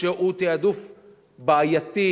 שהוא תעדוף בעייתי,